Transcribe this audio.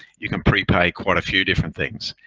you can prepay quite a few different things.